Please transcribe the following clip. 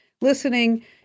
listening